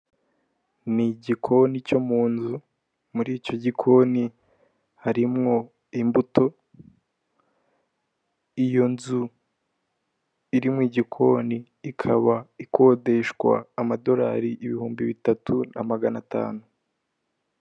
Ni igikoni cyo mu nzu, muri icyo gikoni harimo imbuto, iyo nzu iri mu igikoni ikaba ikodeshwa amadorari ibihumbi bitatu na magana atanu.